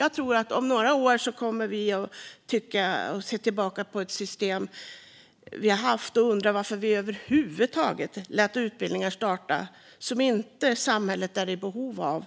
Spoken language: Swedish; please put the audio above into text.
Jag tror att vi om några år kommer att se tillbaka på det system vi har haft och undra varför vi över huvud taget lät utbildningar starta som samhället inte är i behov av